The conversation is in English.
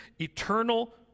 eternal